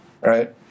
right